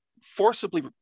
forcibly